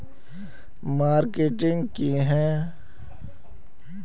Marketing की है?